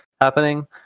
happening